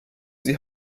sie